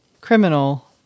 criminal